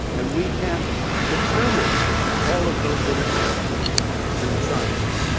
and we can't determine all of those interconnections through science.